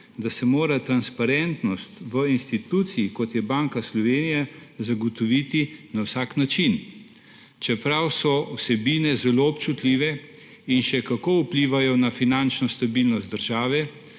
da se mora transparentnost v instituciji, kot je Banka Slovenije, zagotoviti na vsak način, čeprav so vsebine zelo občutljive in še kako vplivajo na finančno stabilnost države,